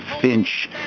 Finch